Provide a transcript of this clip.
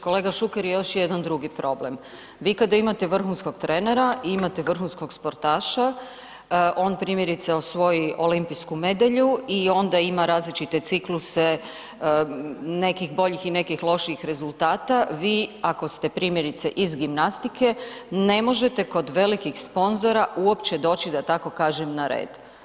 Kolega Šuker, još je jedan drugi problem, vi kada imate vrhunskog trenera, imate vrhunskog sportaša on primjerice osvoji olimpijsku medalju i onda ima različite cikluse nekih bolji i nekih loših rezultata, vi ako ste iz gimnastike, ne možete kod velikih sponzora uopće doći da tako kažem na red.